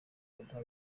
badaha